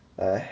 哎